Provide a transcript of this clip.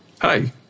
Hi